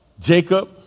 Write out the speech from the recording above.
Jacob